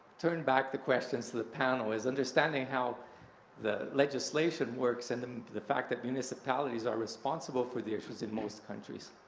turn back the questions to the panel, is understanding how the legislation works and and the fact that municipalities are responsible for the issues in most countries.